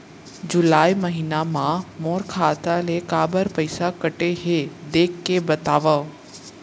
जुलाई महीना मा मोर खाता ले काबर पइसा कटे हे, देख के बतावव?